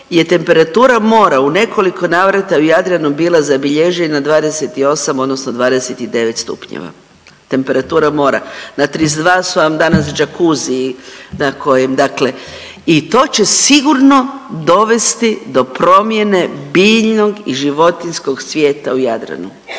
je temperatura mora u nekoliko navrata u Jadranu bila zabilježena 28 odnosno 29 stupnjeva. Temperatura mora. Na 32 su vam danas jakuzzi na kojem, dakle i to će sigurno dovesti do promjene biljnog i životinjskog svijeta u Jadranu.